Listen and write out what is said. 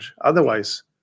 Otherwise